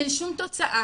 אין שום תוצאה,